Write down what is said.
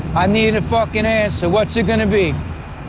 i need a fucking answer, what's it gonna be?